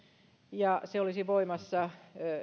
ja se olisi voimassa